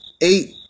eight